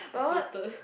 I tilted